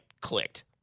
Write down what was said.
clicked